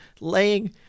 laying